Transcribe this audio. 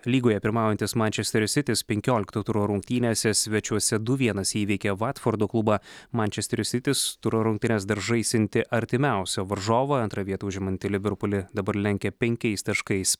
lygoje pirmaujantis mančesterio sitis penkiolikto turo rungtynėse svečiuose du vienas įveikė vatfordo klubą mančesterio sitis turo rungtynes dar žaisianti artimiausią varžovą antrą vietą užimantį liverpulį dabar lenkia penkiais taškais